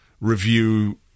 review